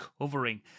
covering